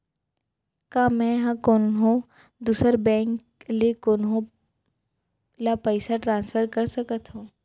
का मै हा कोनहो दुसर बैंक ले कोनहो ला पईसा ट्रांसफर कर सकत हव?